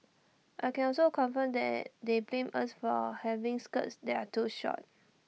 I can also confirm that they blamed us for A having skirts that are too short